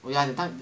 ya that time